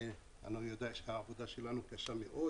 אני יודע שהעבודה שלנו היא קשה מאוד